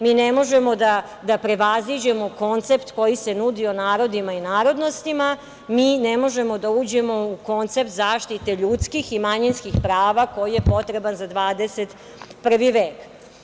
Mi ne možemo da prevaziđemo koncept koji se nudio narodima i narodnostima, mi ne možemo da uđemo u koncept zaštite ljudskih i manjinskih prava koji je potreban za 21. vek.